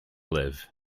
live